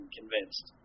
convinced